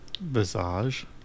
Visage